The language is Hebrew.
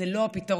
זה לא הפתרון.